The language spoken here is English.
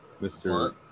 Mr